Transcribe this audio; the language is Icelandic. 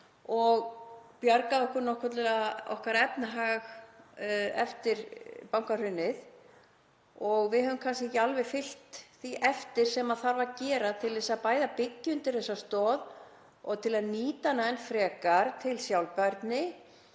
og bjargaði efnahag okkar eftir bankahrunið og við höfum kannski ekki alveg fylgt því eftir sem þarf að gera, bæði til þess að byggja undir þessa stoð og til að nýta hana enn frekar til sjálfbærni